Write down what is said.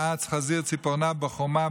נעץ חזיר ציפורניו בחומה,